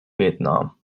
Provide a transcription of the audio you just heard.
vietnam